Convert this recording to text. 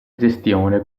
gestione